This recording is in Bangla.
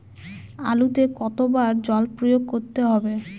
আলুতে কতো বার জল প্রয়োগ করতে হবে?